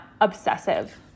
obsessive